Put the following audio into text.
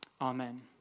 Amen